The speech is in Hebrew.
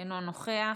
אינו נוכח,